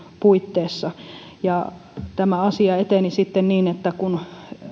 puitteissa tämä asia eteni sitten niin että kun